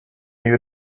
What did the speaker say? you